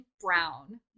Brown